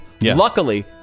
Luckily